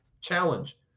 challenge